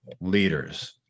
leaders